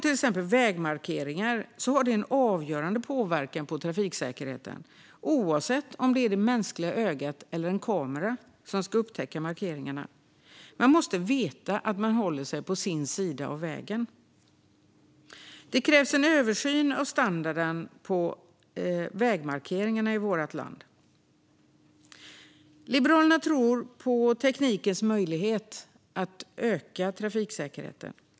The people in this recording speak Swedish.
Till exempel har vägmarkeringar en avgörande påverkan på trafiksäkerheten, oavsett om det är det mänskliga ögat eller en kamera som ska upptäcka markeringarna. Man måste veta att man håller sig på sin sida av vägen. Det krävs en översyn av standarden på vägmarkeringarna i vårt land. Liberalerna tror på teknikens möjligheter att öka trafiksäkerheten.